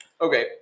Okay